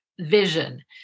vision